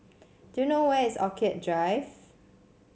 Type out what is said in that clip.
do you know where is Orchid Drive